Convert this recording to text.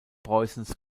preußens